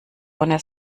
ohne